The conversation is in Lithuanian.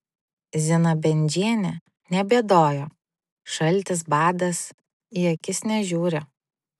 zina bendžienė nebėdojo šaltis badas į akis nežiūri